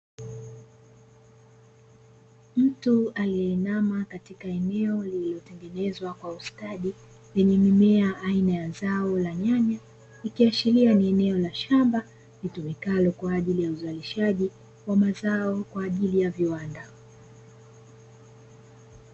Mtu aliyeinama katika eneo lililotengenezwa kwa ustadi, lenye mimea aina ya zao la nyanya ikiashiria ni eneo la shamba litumikalo kwa ajili ya uzalishaji wa mazao kwa ajili ya viwanda.